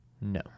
no